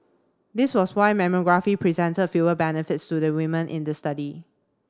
this was why mammography presented fewer benefits to the women in the study